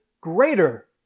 greater